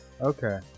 okay